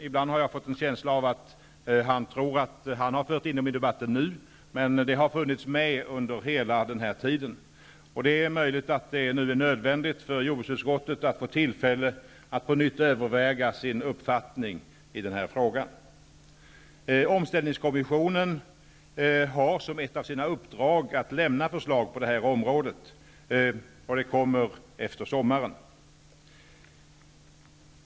Ibland har jag fått en känsla av att Dan Ericsson tror att han nu har fört in dem i debatten, men de har funnits med under hela den här tiden. Det är möjligt att det nu är nödvändigt för jordbruksutskottet att få tillfälle att på nytt överväga sin uppfattning i den här frågan. Omställningskommissionen har som ett av sina uppdrag att lämna förslag på det här området, och sådana kommer efter sommaren.